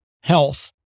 health